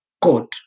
court